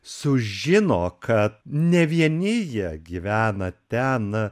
sužino kad ne vieni jie gyvena ten